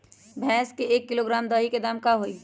भैस के एक किलोग्राम दही के दाम का होई?